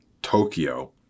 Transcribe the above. tokyo